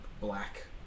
black